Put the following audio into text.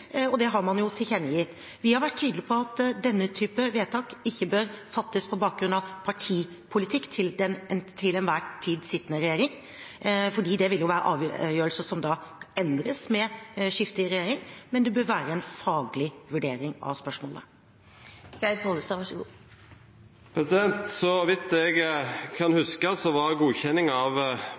og det har man tilkjennegitt. Vi har vært tydelig på at denne type vedtak ikke bør fattes på bakgrunn av partipolitikk til den til enhver tid sittende regjering, fordi det vil være avgjørelser som endres med skifte i regjering, men at det bør være en faglig vurdering av spørsmålet. Så vidt jeg kan huske, var godkjenning av